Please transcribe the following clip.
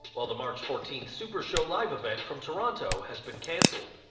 ah the march fourteenth supershow live event from toronto has been cancelled.